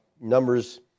Numbers